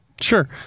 Sure